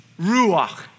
ruach